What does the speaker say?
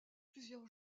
plusieurs